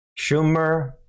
Schumer